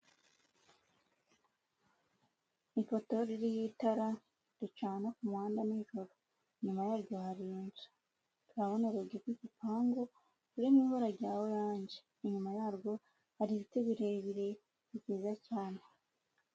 Ipoto ririho itara ricana ku muhanda nijoro, inyuma yaryo hari inzu turabona urugi rw'igipangu ruri mu ibara rya oranje, inyuma yarwo hari ibiti birebire byiza cyane.